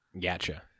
Gotcha